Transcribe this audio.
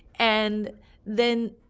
and then,